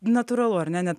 natūralu ar ne